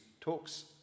talks